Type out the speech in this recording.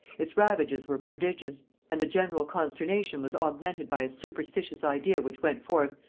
its ravages were prodigious and the general consternation was augmented by a superstitious idea which went forth,